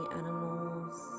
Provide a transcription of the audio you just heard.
animals